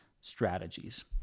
strategies